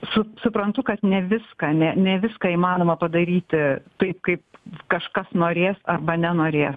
su suprantu kad ne viską ne ne viską įmanoma padaryti taip kaip kažkas norės arba nenorės